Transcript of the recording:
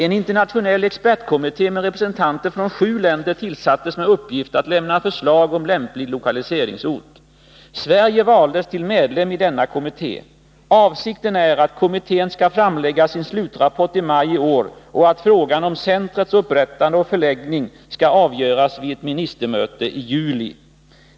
En internationell expertkommitté med representanter från sju länder tillsattes med uppgift att lämna förslag om lämplig lokaliseringsort. Sverige valdes till medlem i denna kommitté. Avsikten är att kommittén skall framlägga sin slutrapport i maj i år och att frågan om centrets upprättande och förläggning skall avgöras vid ett ministermöte i juli.